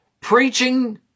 preaching